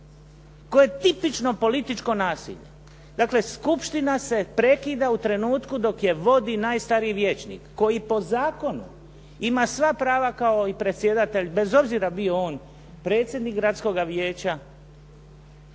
koje je tipično političko nasilje. Dakle, skupština se prekida u trenutku dok je vodi najstariji vijećnik koji po zakonu ima sva prava kao i predsjedatelj bez obzira bio on predsjednik gradskoga vijeća